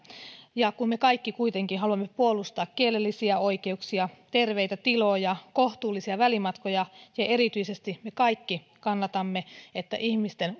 kun me kaikki kuitenkin haluamme puolustaa kielellisiä oikeuksia terveitä tiloja ja kohtuullisia välimatkoja ja me kaikki kannatamme että ihmisten